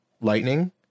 Lightning